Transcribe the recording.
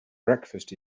breakfast